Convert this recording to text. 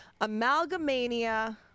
Amalgamania